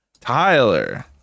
Tyler